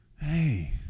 hey